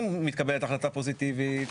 אם מתקבלת החלטה פוזיטיבית,